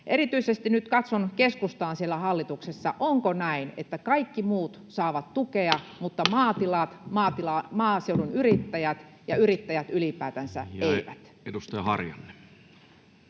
Erityisesti nyt katson keskustaan siellä hallituksessa: onko näin, että kaikki muut saavat tukea mutta maatilat, maaseudun yrittäjät ja yrittäjät ylipäätänsä eivät? [Speech 182]